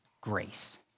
Grace